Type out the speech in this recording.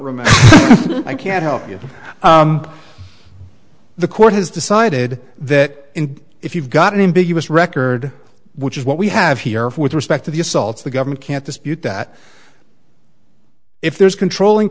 remember i can't help you the court has decided that if you've got an ambiguous record which is what we have here with respect to the assaults the government can't dispute that if there is controlling